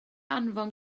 anfon